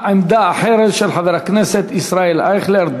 עמדה אחרת של חבר הכנסת ישראל אייכלר.